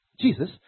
Jesus